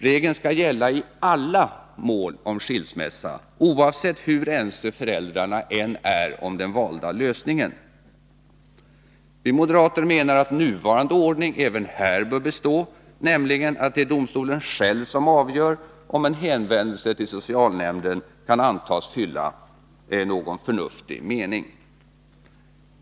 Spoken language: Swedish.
Regeln skall gälla i alla mål om skilsmässa, oavsett hur ense föräldrarna än är om den valda lösningen. Vi moderater menar att nuvarande ordning även här bör bestå, nämligen att det är domstolen själv som avgör om en hänvändelse till socialnämnden kan antagas fylla någon förnuftig mening.